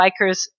bikers